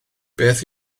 beth